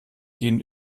gehen